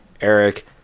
Eric